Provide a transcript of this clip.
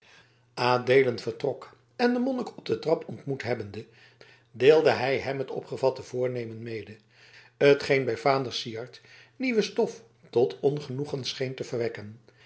adeelen vertrok en den monnik op de trap ontmoet hebbende deelde hij hem het opgevatte voornemen mede t geen bij vader syard nieuwe stof tot ongenoegen scheen te verwekken